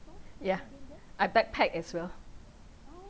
yeah I backpack as well